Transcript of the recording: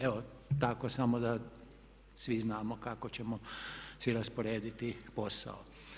Evo tako samo da svi znamo kako ćemo si rasporediti posao.